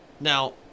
Now